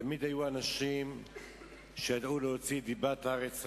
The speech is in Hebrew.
תמיד היו אנשים שידעו להוציא דיבת הארץ רעה,